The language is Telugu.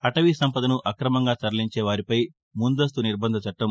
అటవీ సంపదను అక్రమంగా తరలించే వారిపై ముందస్తు నిర్బంధ చట్టం